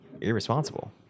irresponsible